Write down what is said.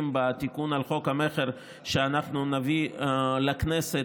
בתיקון על חוק המכר שאנחנו נביא לכנסת,